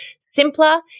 simpler